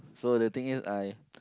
so the thing is I